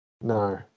No